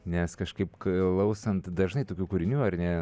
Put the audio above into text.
nes kažkaip klausant dažnai tokių kūrinių ar ne